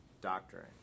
doctoring